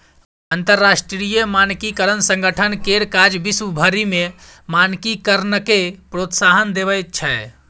अंतरराष्ट्रीय मानकीकरण संगठन केर काज विश्व भरि मे मानकीकरणकेँ प्रोत्साहन देब छै